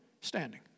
standing